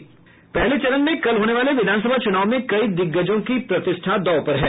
पहले चरण में कल होने वाले विधानसभा चुनाव में कई दिग्गजों की प्रतिष्ठा दांव पर है